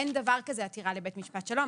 אין דבר כזה עתירה לבית משפט שלום.